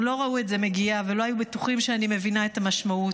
הם לא ראו את זה מגיע ולא היו בטוחים שאני מבינה את המשמעות.